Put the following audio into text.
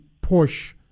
push –